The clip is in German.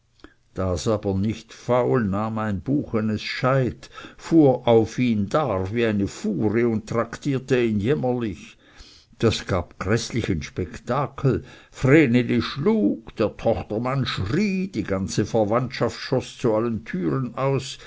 das aber nicht faul nahm ein buchenes scheit fuhr auf ihn dar wie eine furie und traktierte ihn jämmerlich das gab gräßlichen spektakel vreneli schlug der tochtermann schrie die ganze verwandtschaft schoß zu allen türen aus